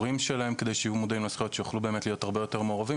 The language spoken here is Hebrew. כדי שיהיו מודעים לזכויות ויוכלו להיות הרבה יותר מעורבים,